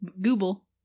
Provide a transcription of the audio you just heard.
Google